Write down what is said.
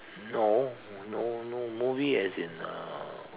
no no no movie as in uh